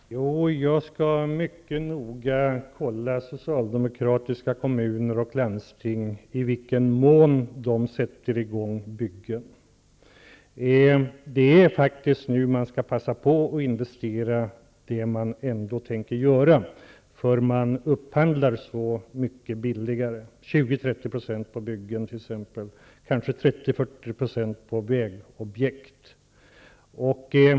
Herr talman! Jag skall mycket noga kontrollera i vilken mån socialdemokratiska kommuner och landsting sätter i gång byggen. Det är faktiskt nu som man skall passa på att investera i sådant som man ändå tänker göra, eftersom man nu upphandlar så mycket billigare -- 20--30 % på byggen och kanske 30--40 % på vägobjekt.